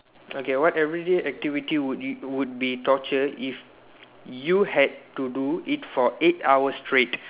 okay what everyday activity would you would be torture if you had to do it for eight hours straight